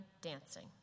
dancing